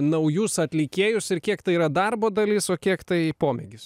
naujus atlikėjus ir kiek tai yra darbo dalis o kiek tai pomėgis